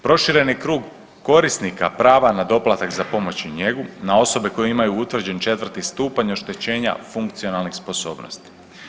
Prošireni krug korisnika prava na doplatak za pomoć i njegu na osobe koje imaju utvrđen četvrti stupanj oštećenja funkcionalnih sposobnosti.